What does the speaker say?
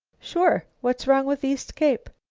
sure. what's wrong with east cape?